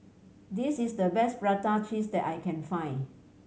this is the best prata cheese that I can find